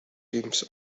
teams